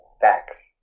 Facts